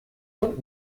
und